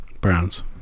Browns